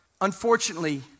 unfortunately